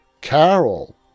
Carol